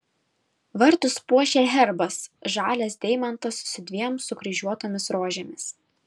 vartus puošia herbas žalias deimantas su dviem sukryžiuotomis rožėmis